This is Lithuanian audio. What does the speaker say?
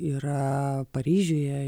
yra paryžiuje